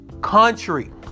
country